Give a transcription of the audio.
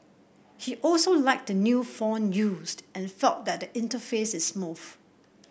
he also liked the new font used and that the interface is smooth